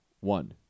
One